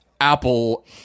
apple